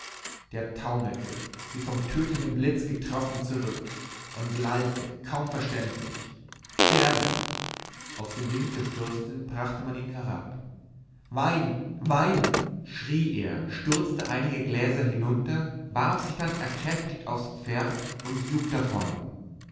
der taumelte wie vom tötenden blitz getroffen zurück und lallte kaum verständlich pferde auf den wink der fürstin brachte man ihn herab wein wein schrie er stürzte einige gläser hinunter warf sich dann erkräftigt aufs pferd und jug davon